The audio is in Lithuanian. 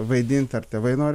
vaidint ar tėvai nori